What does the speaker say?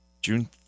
June